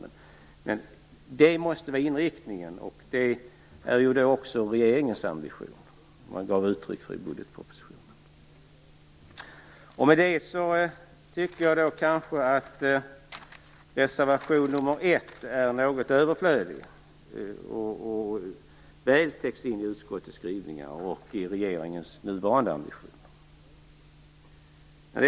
Detta måste alltså vara inriktningen, och detta är som sagt också regeringens ambition, som det gavs uttryck för i budgetpropositionen. I och med det tycker jag att reservation nr 1 är något överflödig. Den täcks väl in i utskottets skrivningar och i regeringens nuvarande ambitioner.